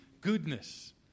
goodness